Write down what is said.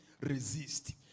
resist